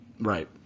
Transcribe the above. right